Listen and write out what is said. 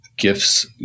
Gifts